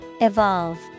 Evolve